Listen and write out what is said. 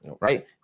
right